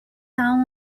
down